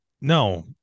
no